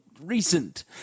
recent